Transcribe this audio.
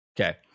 Okay